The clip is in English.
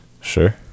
sure